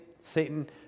Satan